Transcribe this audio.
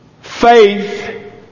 Faith